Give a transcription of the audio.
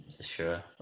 sure